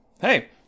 hey